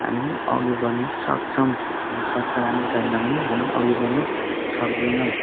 हामी अघि बढ्नु सक्छम् हाम्रो स्वस्थ राम्रो छैन भने हामी अघि बढ्नु सक्दिनम्